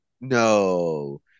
no